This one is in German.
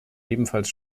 ebenfalls